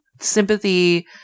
sympathy